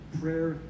prayer